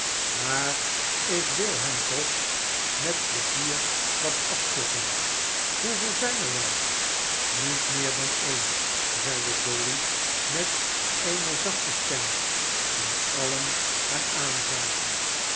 maar ik wil hen toch met pleizier wat afkloppen hoeveel zijn er wel niet meer dan een zeide dolly met eene zachte stem toen alien haar aanzagen